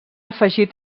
afegir